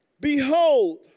Behold